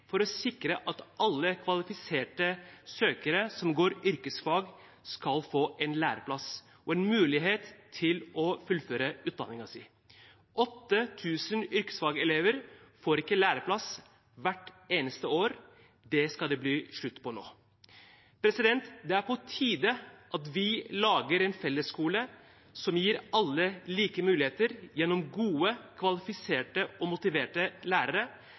for å sikre at alle kvalifiserte søkere som går yrkesfag, skal få en læreplass og en mulighet til å fullføre utdanningen sin. 8 000 yrkesfagelever får ikke læreplass hvert eneste år. Det skal det bli slutt på nå. Det er på tide at vi lager en fellesskole som gir alle like muligheter gjennom gode, kvalifiserte og motiverte lærere.